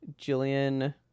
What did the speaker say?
Jillian